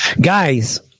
Guys